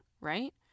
right